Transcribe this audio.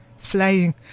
flying